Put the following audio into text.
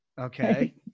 Okay